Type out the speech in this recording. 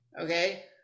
okay